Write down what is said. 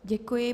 Děkuji.